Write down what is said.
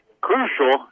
crucial